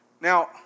Now